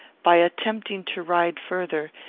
by attempting to ride farther,